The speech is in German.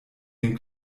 den